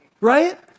right